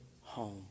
home